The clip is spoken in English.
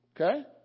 Okay